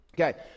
Okay